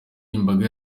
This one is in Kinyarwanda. imbaga